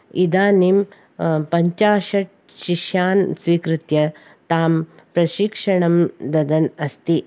इदानीं पञ्चाशत् शिष्यान् स्वीकृत्य तां प्रशिक्षणं ददन् अस्ति